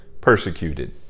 persecuted